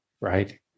right